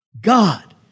God